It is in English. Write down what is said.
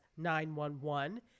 911